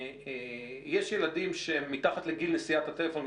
יש ילדים שהם מתחת לגיל נשיאת הטלפון,